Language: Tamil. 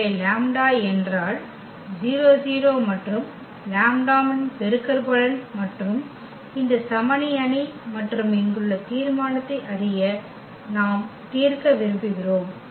எனவே லாம்ப்டா என்றால் லாம்ப்டா 0 0 மற்றும் லாம்ப்டாவின் பெருக்கற்பலன் மற்றும் இந்த சமனி அணி மற்றும் இங்குள்ள தீர்மானத்தை அறிய நாம் தீர்க்க விரும்புகிறோம்